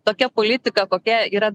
tokia politika kokia yra